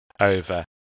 over